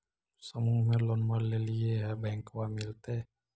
समुह मे लोनवा लेलिऐ है बैंकवा मिलतै?